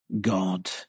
God